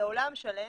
זה עולם שלם,